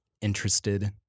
interested